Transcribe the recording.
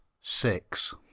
Six